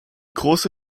große